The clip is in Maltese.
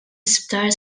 isptar